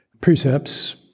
precepts